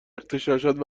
اغتشاشات